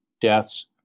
deaths